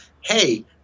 hey